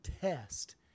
test